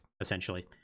essentially